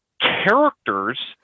characters